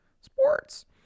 Sports